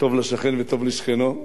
טוב לשכן וטוב לשכנו.